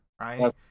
right